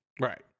Right